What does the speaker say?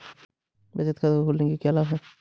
बचत खाता खोलने के क्या लाभ हैं?